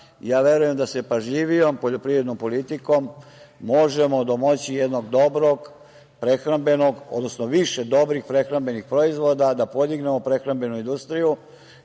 nas. Verujem da sa pažljivijom poljoprivrednom politikom možemo domoći jednog dobrog, odnosno više dobrih prehrambenih proizvoda da podignemo prehrambenu industriju